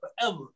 forever